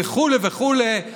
וכו' וכו'.